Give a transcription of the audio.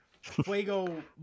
Fuego